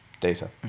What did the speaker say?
data